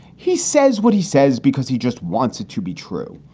he says what he says because he just wants it to be true.